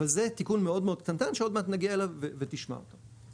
אבל זה תיקון מאוד קטנטן שעוד מעט נגיע אליו ותשמע אותו.